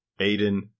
Aiden